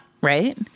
Right